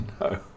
No